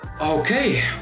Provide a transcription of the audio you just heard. Okay